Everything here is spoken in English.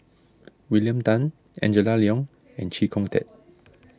William Tan Angela Liong and Chee Kong Tet